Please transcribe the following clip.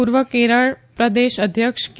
પૂર્વ કેરળ પ્રદેશ અધ્યક્ષ કે